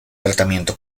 tratamiento